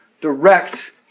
Direct